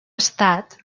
estat